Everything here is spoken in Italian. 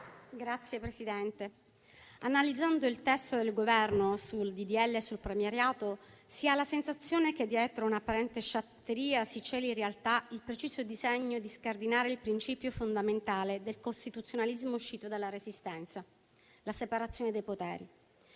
Signor Presidente, analizzando il testo del Governo, il disegno di legge sul premierato, si ha la sensazione che dietro un'apparente sciatteria si celi in realtà il preciso disegno di scardinare il principio fondamentale del costituzionalismo uscito dalla Resistenza, la separazione dei poteri,